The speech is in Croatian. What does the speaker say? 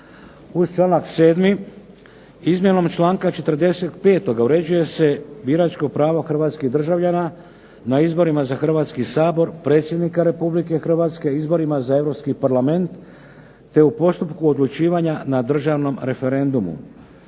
Uz članak 7. izmjenom članka 45. uređuje se biračko pravo Hrvatskih državljana na izborima za Hrvatski sabor, predsjednika Republike Hrvatske, izborima za Europski parlament te u postupku odlučivanja na državnom referendumu.